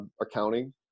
accounting